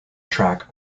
track